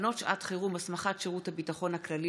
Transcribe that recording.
תקנות שעת חירום (הסמכת שירות הביטחון הכללי